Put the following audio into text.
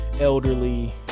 elderly